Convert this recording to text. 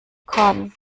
kann